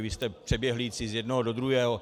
Vy jste přeběhlíci z jednoho do druhého.